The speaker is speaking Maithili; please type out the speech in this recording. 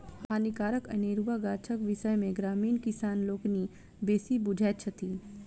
हानिकारक अनेरुआ गाछक विषय मे ग्रामीण किसान लोकनि बेसी बुझैत छथि